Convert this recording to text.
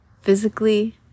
physically